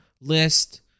list